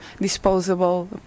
disposable